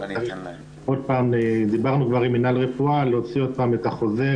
אבל דיברנו כבר עם מינהל רפואה להוציא עוד פעם את החוזר,